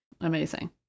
Amazing